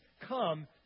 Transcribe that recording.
come